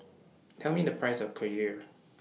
Tell Me The Price of Kheer